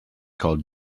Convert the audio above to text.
called